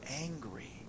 angry